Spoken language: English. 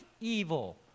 evil